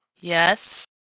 Yes